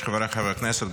חבריי חברי הכנסת,